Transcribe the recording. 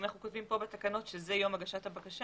אם אנחנו כותבים כאן בתקנות שזה יום הגשת הבקשה,